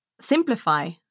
simplify